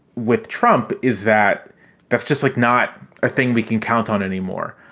with trump is that that's just like not a thing we can count on anymore.